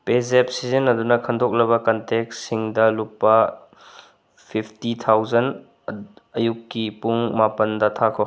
ꯄꯦꯖꯦꯞ ꯁꯤꯖꯤꯟꯅꯗꯨꯅ ꯈꯟꯗꯣꯛꯂꯕ ꯀꯟꯇꯦꯀꯁꯤꯡꯗ ꯂꯨꯄꯥ ꯐꯤꯞꯇꯤ ꯊꯥꯎꯖꯟ ꯑꯌꯨꯛꯀꯤ ꯄꯨꯡ ꯃꯄꯜꯗ ꯊꯥꯈꯣ